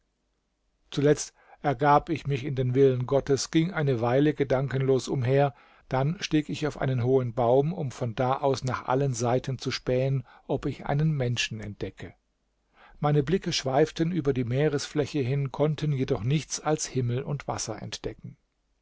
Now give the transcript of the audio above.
zuletzt ergab ich mich in den willen gottes ging eine weile gedankenlos umher dann stieg ich auf einen hohen baum um von da aus nach allen seiten zu spähen ob ich einen menschen entdecke meine blicke schweiften über die meeresfläche hin konnten jedoch nichts als himmel und wasser entdecken